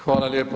Hvala lijepa.